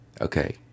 Okay